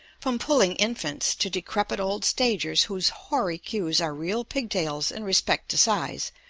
from puling infants to decrepit old stagers whose hoary cues are real pig-tails in respect to size,